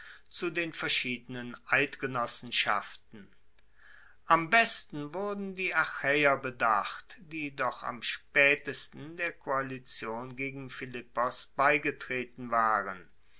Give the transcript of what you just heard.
zu den verschiedenen eidgenossenschaften am besten wurden die achaeer bedacht die doch am spaetesten der koalition gegen philippos beigetreten waren